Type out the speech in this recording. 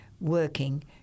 working